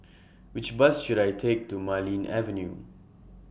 Which Bus should I Take to Marlene Avenue